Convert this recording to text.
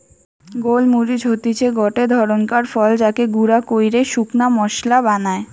গোল মরিচ হতিছে গটে ধরণকার ফল যাকে গুঁড়া কইরে শুকনা মশলা বানায়